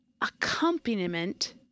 accompaniment